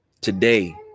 Today